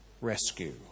rescue